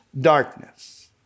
darkness